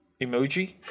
emoji